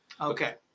Okay